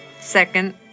second